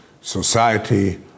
society